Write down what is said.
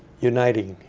uniting